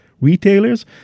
Retailers